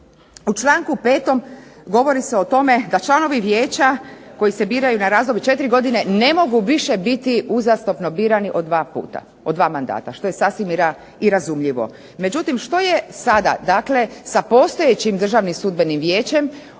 U članku 5. govori se o tome da članovi vijeća koji se biraju na razdoblje od četiri godine ne mogu više biti uzastopno birani od dva puta, od dva mandata što je sasvim i razumljivo. Međutim, što je sada sa postojećim Državnim sudbenim vijećem